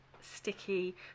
sticky